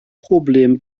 problem